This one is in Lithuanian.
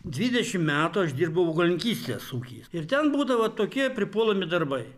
dvidešimt metų aš dirbau augalininkystės ūky ir ten būdavo tokie pripuolami darbai